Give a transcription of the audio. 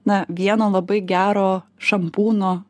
na vieno labai gero šampūno